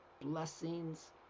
Blessings